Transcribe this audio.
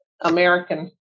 American